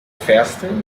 festa